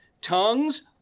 tongues